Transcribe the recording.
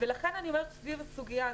ולכן אני אומרת סביב הסוגיה הזו,